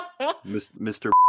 Mr